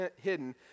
hidden